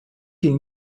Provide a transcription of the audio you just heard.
ging